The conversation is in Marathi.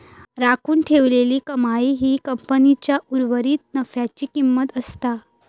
राखून ठेवलेली कमाई ही कंपनीच्या उर्वरीत नफ्याची किंमत असता